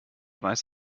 weiß